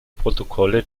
protokolle